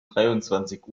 dreiundzwanzig